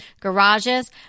garages